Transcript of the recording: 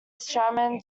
shaman